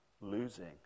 Losing